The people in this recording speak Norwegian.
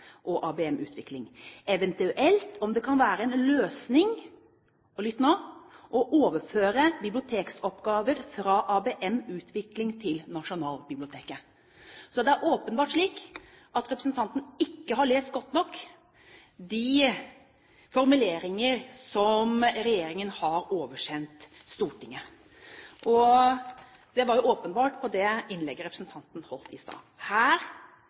ABM-utvikling – eventuelt om det kan vere ei løysing» – og lytt nå – «å overføre bibliotekoppgåver frå ABM-utvikling til Nasjonalbibliotektet.» Så det er åpenbart slik at representanten ikke har lest godt nok de formuleringer som regjeringen har oversendt Stortinget – det var jo åpenbart i det innlegget representanten holdt i stad. Her